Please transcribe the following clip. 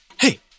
Hey